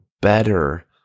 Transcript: better